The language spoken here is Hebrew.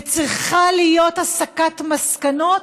וצריכה להיות הסקת מסקנות,